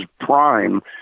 prime